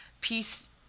peace